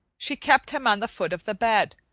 she kept him on the foot of the bed,